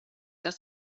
das